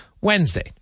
Wednesday